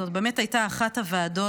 זאת באמת הייתה אחד הוועדות